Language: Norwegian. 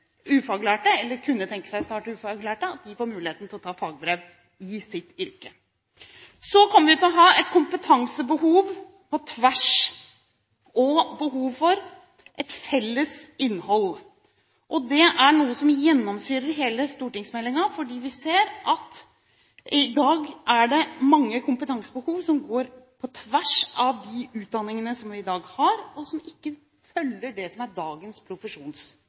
eller som kunne tenke seg å starte som ufaglært, får muligheten til å ta fagbrev i sitt yrke. Så kommer vi til å ha et kompetansebehov på tvers og behov for et felles innhold. Det er noe som gjennomsyrer hele stortingsmeldingen, for vi ser at i dag er det mange kompetansebehov som går på tvers av de utdanningene vi i dag har, og som ikke følger det som er dagens